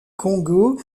congo